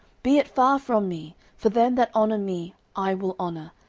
be it far from me for them that honour me i will honour,